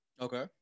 Okay